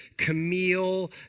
Camille